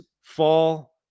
fall